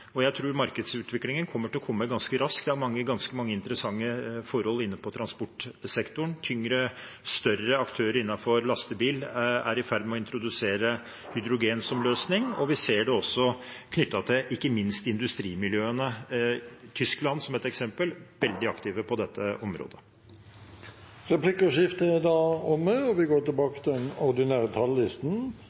Jeg tror markedsutviklingen kommer til å komme ganske raskt. Vi har ganske mange interessante forhold innenfor transportsektoren. Tyngre, større aktører innenfor lastebil er i ferd med å introdusere hydrogen som løsning. Vi ser det ikke minst knyttet til industrimiljøene. Tyskland, som et eksempel, er veldig aktiv på dette området. Replikkordskiftet er omme.